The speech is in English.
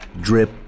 drip